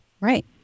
Right